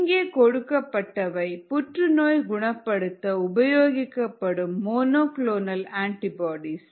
இங்கே கொடுக்கப்பட்டவை புற்றுநோய் குணப்படுத்த உபயோகிக்கப்படும் மோனோ குளோனல் அண்டிபோடீஸ்